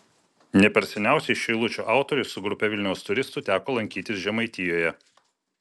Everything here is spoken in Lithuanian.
ne per seniausiai šių eilučių autoriui su grupe vilniaus turistų teko lankytis žemaitijoje